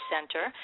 Center